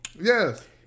Yes